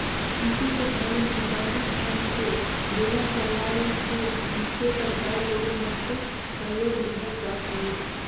मिसई के घरी में दउंरी फ़ायन्द के बेलन चलाय के मिसे बर गाय गोरु मन के सहयोग लेहल जात रहीस